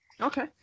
Okay